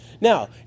Now